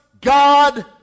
God